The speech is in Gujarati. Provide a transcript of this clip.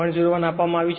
01 આપવામાં આવ્યું છે